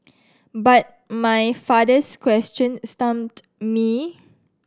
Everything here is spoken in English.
but my father's question stumped me